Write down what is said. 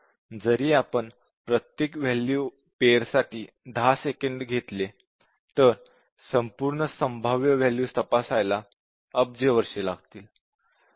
जरी आपण प्रत्येक वॅल्यू पेर साठी 10 सेकंद घेतले तर सर्व संभाव्य वॅल्यूज तपासायला अब्ज वर्षे लागतील